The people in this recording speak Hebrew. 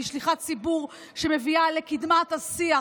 והיא שליחת ציבור שמביאה לקדמת השיח